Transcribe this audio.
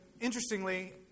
interestingly